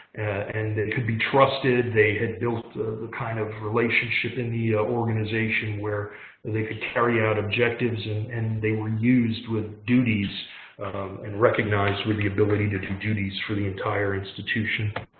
and they could be trusted. they had built the kind of relationship in the organization where and they could carry out objectives and and they were used with duties and recognized with the ability to do duties for the entire institution.